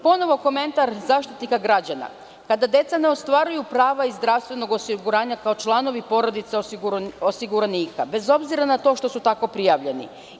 Ponovo komentar Zaštitnika građana, pa da deca ne ostvaruju prava iz zdravstvenog osiguranja kao članovi porodice osiguranika, bez obzira na to što su tako prijavljeni.